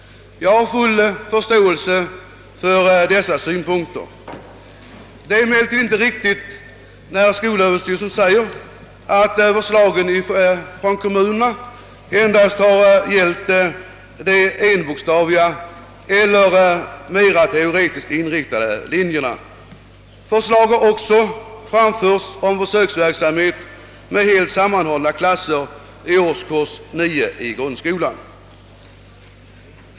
Jag har full förståelse för dessa synpunkter. Det är emellertid inte riktigt när skolöverstyrelsen säger att förslagen från kommunerna endast har gällt de enbokstaviga eller mera teoretiskt inriktade linjerna. Förslag har också framförts om försöksverksamhet med helt sammanhållna klasser i årskurs 9 i grundskolan.